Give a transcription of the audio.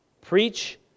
preach